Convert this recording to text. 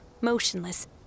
motionless